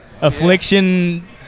affliction